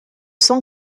cent